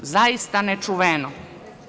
Zaista ne čuveno.